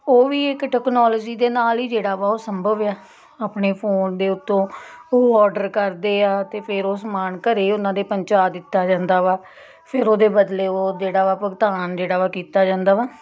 ਉਹ ਵੀ ਇੱਕ ਟੈਕਨੋਲੋਜੀ ਦੇ ਨਾਲ਼ ਹੀ ਜਿਹੜਾ ਵਾ ਉਹ ਸੰਭਵ ਆ ਆਪਣੇ ਫ਼ੋਨ ਦੇ ਉੱਤੋਂ ਉਹ ਔਰਡਰ ਕਰਦੇ ਆ ਅਤੇ ਫਿਰ ਉਹ ਸਮਾਨ ਘਰ ਉਹਨਾਂ ਦੇ ਪਹੁੰਚਾ ਦਿੱਤਾ ਜਾਂਦਾ ਵਾ ਫਿਰ ਉਹਦੇ ਬਦਲੇ ਉਹ ਜਿਹੜਾ ਵਾ ਭੁਗਤਾਨ ਜਿਹੜਾ ਵਾ ਕੀਤਾ ਜਾਂਦਾ ਵਾ